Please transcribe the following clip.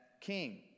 king